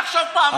תחשוב פעמיים.